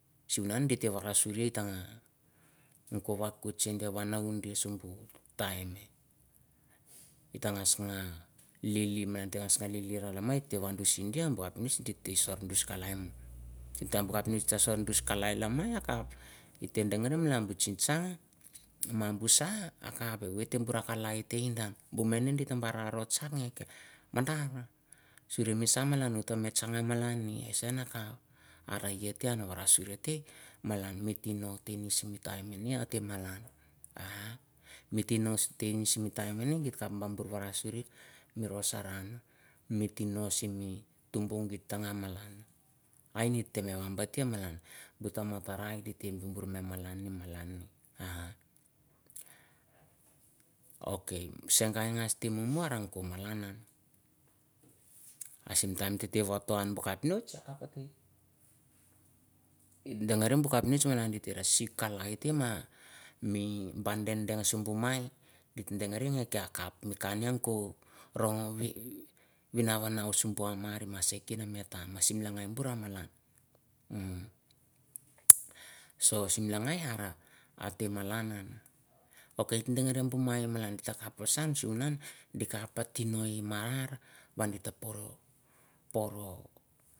Simtime wah giteh pilimgan, mikirikur hate watah raih. Ah mikapunesh kes hita behmuneh mongosoh, gitah dang eh sureh buh kapunichi. Wah hitawot na tsang, wah wohot cas, simtime waihete pilimgan waihete wahette nah raih, ok haiyeteh malanah. Ah simtime menek wah, mi, coh, simtime meh waihete pakagasha, waihete noh raih, havoth nan rabathin malan. Mi maikah kapah shangeh ta tsangeh tah tsang tah takapha ha, satehburang, simbu time meneh mi tokorarang bihtum tutu gahrang mi raih, mi kapuhankyeh, mi vehvim tavoth nah han mi kah, ha warasureh kehon malang capnisth malanah, ok muhruneuh wah buh malan capnisth malan teh kohrang buttih kapha wotteh, waihteh sur suteburiuh malang tah dang sureh ateh hiteh dangereh wah, buh chirr. Giteh tsang han buh tsing tsang, ok haiyeteh wohot na rai. Ah simtime waihete raih hiatagistah dangereh gasteh kohmai, wehta kalai waiht sehwoth nah bundeh dangah soroih. Ateh dang sowoih abuh capnist ateh sorh kalaiteh. Ateh simtime waihete sungeh.